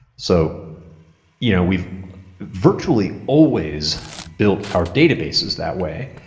so you know we've virtually always built our databases that way,